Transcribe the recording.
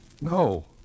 No